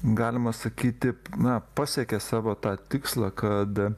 galima sakyti na pasiekė savo tą tikslą kad